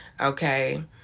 Okay